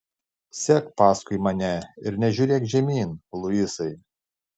sek paskui mane ir nežiūrėk žemyn luisai